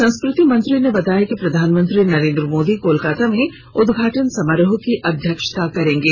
संस्कृति मंत्री ने बताया कि प्रधानमंत्री नरेंद्र मोदी कोलकाता में उद्घाटन समारोह की अध्यक्षता करेंगे